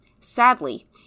Sadly